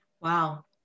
Wow